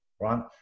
right